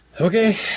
okay